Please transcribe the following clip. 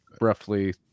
roughly